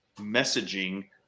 messaging